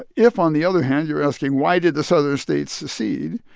if on the other hand you're asking why did the southern states secede?